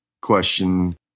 question